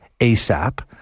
ASAP